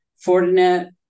Fortinet